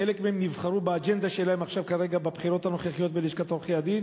חלק מהם נבחרו בבחירות הנוכחיות בלשכת עורכי-הדין